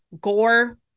gore